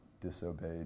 disobeyed